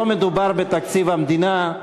לא מדובר בתקציב המדינה,